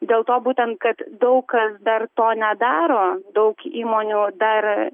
dėl to būtent kad daug kas dar to nedaro daug įmonių dar